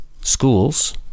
schools